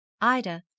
Ida